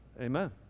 Amen